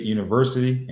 University